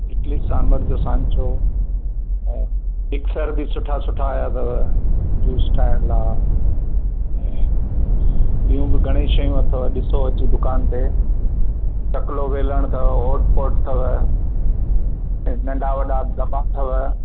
इडली सांभर जो सांचो ऐं मिक्सर बि सुठा सुठा आया अथव जूस ठाहिण लाइ ऐं ॿियूं बि घणई शयूं अथव ॾिसो अची दुकान ते चकलो वेलण अथव हॉट पॉट अथव ऐं नंढा वॾा दॿा अथव